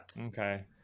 Okay